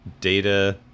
data